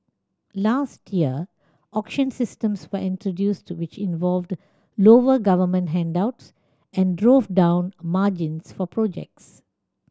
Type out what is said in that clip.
last year auction systems were introduced which involved lower government handouts and drove down margins for projects